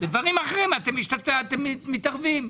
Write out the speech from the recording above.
בדברים אחרים אתם מתערבים.